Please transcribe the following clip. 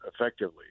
effectively